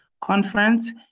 conference